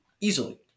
Easily